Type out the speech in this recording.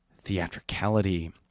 theatricality